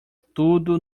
tudo